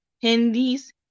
Hindi's